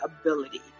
ability